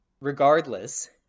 Regardless